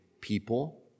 people